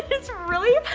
it's really,